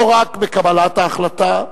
לא רק בקבלת ההחלטה,